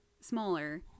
smaller